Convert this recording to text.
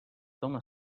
toma